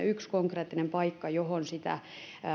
yksi konkreettinen paikka johon sitä